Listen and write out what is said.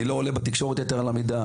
אני לא עולה בתקשורת יתר על המידה,